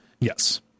yes